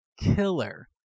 killer